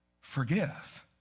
forgive